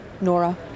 Nora